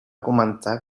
comentar